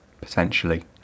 potentially